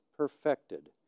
perfected